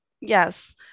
Yes